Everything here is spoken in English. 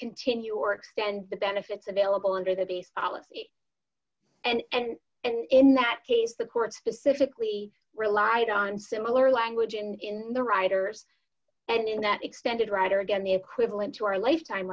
continue or extend the benefits available under the base policy and in that case the court specifically relied on similar language in the riders and that extended rider again the equivalent to our lifetime